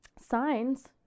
signs